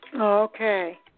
Okay